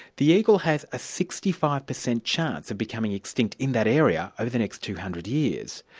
the eagle had a sixty five percent chance of becoming extinct in that area over the next two hundred years.